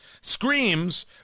Screams